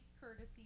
courtesy